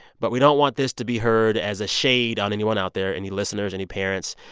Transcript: but we don't want this to be heard as a shade on anyone out there, any listeners, any parents.